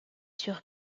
sur